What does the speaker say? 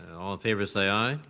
all in favor say aye.